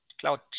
cloud